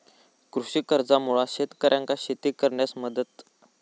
कृषी कर्जामुळा शेतकऱ्यांका शेती करण्यास मदत